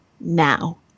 now